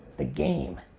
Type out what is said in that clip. the game.